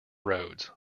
roads